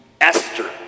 Esther